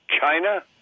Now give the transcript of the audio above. China